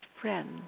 friend